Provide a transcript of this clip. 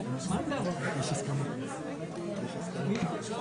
יש נוסח שאנחנו